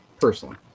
personally